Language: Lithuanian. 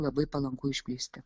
labai palanku išplisti